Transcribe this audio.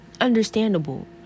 understandable